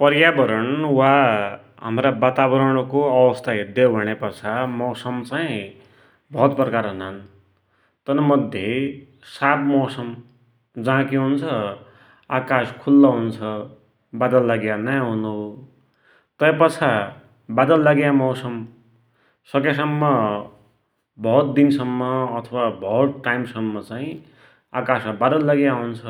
पर्यावरण वा हमरा वातावरण को अवस्था हेद्‌यौ भुण्यापाछा मौसम चाही भौत प्रकारका हुनान, तनमध्ये, साप मौसम, जा कि हुन्छ, आकाश खुल्ला हुन्छ, वादल लाग्या नाई हुनो, तैपाछा, वादल लाग्या मौसम, सक्यासम्म भौत दिनसम्म अथवा भौत टाइमसम्म, चाहि आकाश वादल लाग्‌या हुन्छ,